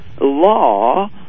law